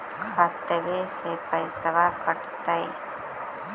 खतबे से पैसबा कटतय?